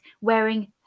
wearing